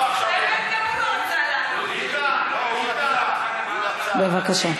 ביטן, בבקשה.